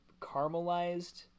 caramelized